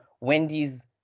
Wendy's